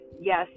Yes